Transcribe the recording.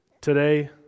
today